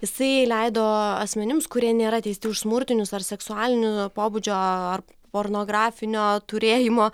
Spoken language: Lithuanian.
jisai leido asmenims kurie nėra teisti už smurtinius ar seksualinio pobūdžio ar pornografinio turėjimo